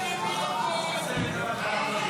כעת